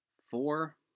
four